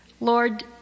Lord